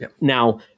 Now